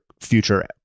future